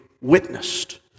witnessed